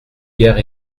guère